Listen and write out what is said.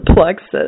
plexus